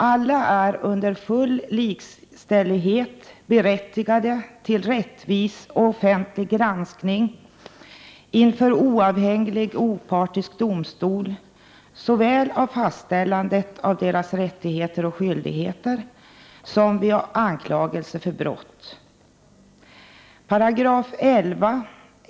Envar är under full likställdhet berättigad till rättvis och offentlig rannsakning inför oavhängig och opartisk domstol vid fastställandet av såväl hans rättigheter och skyldigheter som varje anklagelse mot honom för brott. Artikel 11.